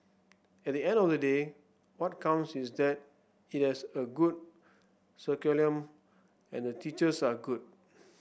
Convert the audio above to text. at the end of the day what counts is that it has a good and the teachers are good